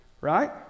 Right